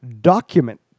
Document